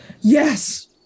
Yes